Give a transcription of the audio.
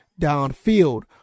downfield